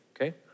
Okay